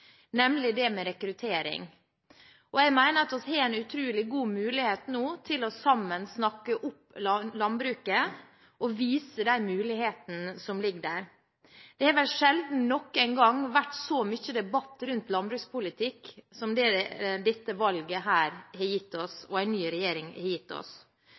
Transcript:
nemlig rekruttering. Jeg mener at vi nå har en utrolig god mulighet til sammen å snakke opp landbruket og vise de mulighetene som ligger der. Det har vel sjelden noen gang vært så mye debatt rundt landbrukspolitikk som det dette valget og en ny regjering har